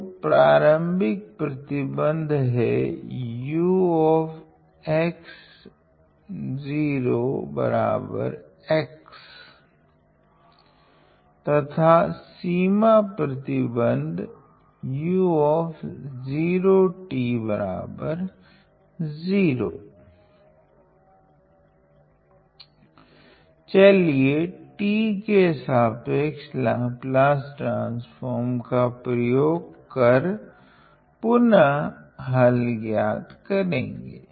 तो प्राथमिक प्रतिबंध है ux 0 x तथा सीमा प्रतिबंध u0 t 0 चलिए t के सापेक्ष लाप्लास ट्रान्स्फ़ोर्म का प्रयोग कर पुनः हल ज्ञात करेगे